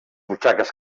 butxaques